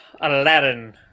Aladdin